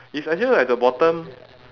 it's actually at the bottom